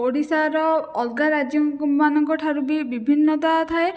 ଓଡ଼ିଶାର ଅଲଗା ରାଜ୍ୟଙ୍କ ମାନଙ୍କଠାରୁ ବି ବିଭିନ୍ନତା ଥାଏ